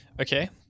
Okay